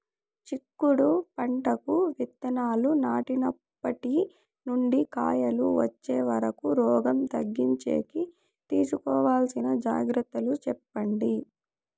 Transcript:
చిక్కుడు పంటకు విత్తనాలు నాటినప్పటి నుండి కాయలు వచ్చే వరకు రోగం తగ్గించేకి తీసుకోవాల్సిన జాగ్రత్తలు చెప్పండి?